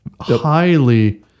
highly